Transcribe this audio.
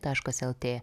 taškas lt